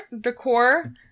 decor